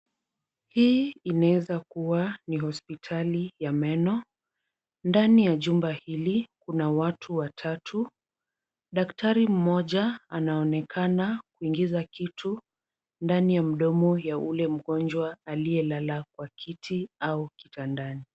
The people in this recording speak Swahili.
Hii inaweza kuwa ni hospitali ya meno ndani ya jumba hili kuna watu watatu. Daktari mmoja anaonekana kuingiza kitu ndani ya mdomo wa yule mgonjwa aliyelala kwa kiti au kitandani.